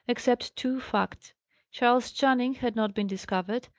except two facts charles channing had not been discovered,